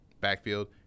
backfield